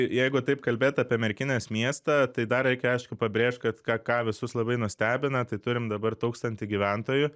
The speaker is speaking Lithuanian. jeigu taip kalbėt apie merkinės miestą tai dar reikia aiškiai pabrėžt kad ką visus labai nustebina tai turim dabar tūkstantį gyventojų